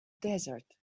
desert